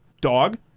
dog